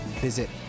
Visit